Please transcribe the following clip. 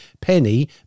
Penny